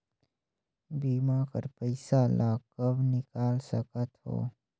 बीमा कर पइसा ला कब निकाल सकत हो?